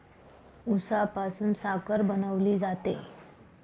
उसापासून साखर बनवली जाते